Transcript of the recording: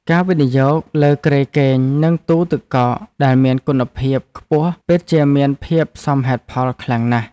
ការវិនិយោគលើគ្រែគេងនិងទូទឹកកកដែលមានគុណភាពខ្ពស់ពិតជាមានភាពសមហេតុផលខ្លាំងណាស់។